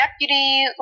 deputy